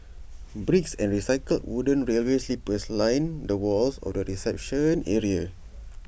bricks and recycled wooden railway sleepers line the walls of the reception area